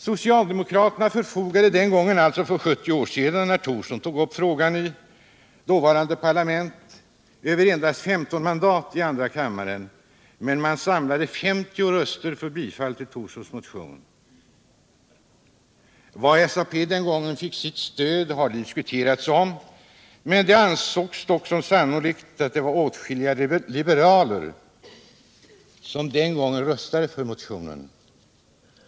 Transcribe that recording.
Socialdemokraterna förfogade den gången, dvs. när Thorsson för 70 år sedan tog upp frågan i dåvarande parlamentet, över endast 15 mandat i andra kammaren, men Thorsson samlade 50 röster för bifall till sin motion. Varifrån SAP den gången fick sitt stöd har diskuterats. Det ansågs som sannolikt att det var åtskilliga liberaler som röstade för motionen.